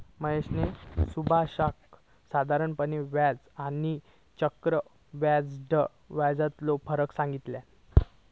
महेशने सुभाषका साधारण व्याज आणि आणि चक्रव्याढ व्याजातलो फरक सांगितल्यान